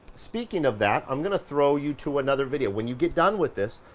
speaking of that, i'm gonna throw you to another video. when you get done with this,